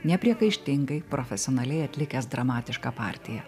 nepriekaištingai profesionaliai atlikęs dramatišką partiją